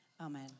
Amen